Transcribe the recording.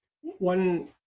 One